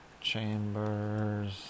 Chambers